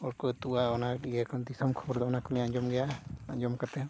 ᱦᱚᱲ ᱠᱚ ᱟᱹᱛᱩᱜᱼᱟ ᱚᱱᱟ ᱤᱭᱟᱹ ᱠᱷᱚᱱ ᱫᱤᱥᱚᱢ ᱠᱷᱚᱵᱚᱨ ᱫᱚ ᱚᱱᱟ ᱠᱚᱞᱤᱧ ᱟᱸᱡᱚᱢ ᱜᱮᱭᱟ ᱟᱸᱡᱚᱢ ᱠᱟᱛᱮᱫ